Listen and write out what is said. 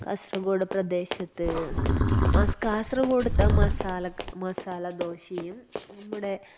കാസര്കോഡ് പ്രദേശത്ത് മസ്ക്കാ കാസര്കോഡത്തെ മസാലയ്ക്ക് മസാലദോശയും നമ്മുടെ